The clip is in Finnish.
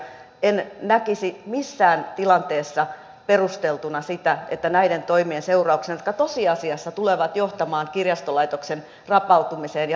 en näkisi missään tilanteessa perusteltuina näitä toimia jotka tosiasiassa tulevat johtamaan kirjastolaitoksen rapautumiseen ja alasajoon